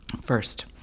First